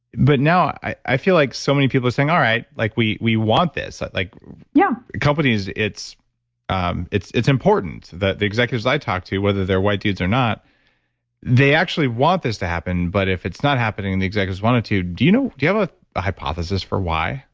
but now i feel like so many people are saying, all right, like we we want this. like yeah companies, it's um it's important that the executives i talk to whether, they're white dudes or not they actually want this to happen, but if it's not happening and the executives want it to, do you know you have a hypothesis for why?